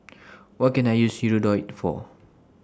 What Can I use Hirudoid For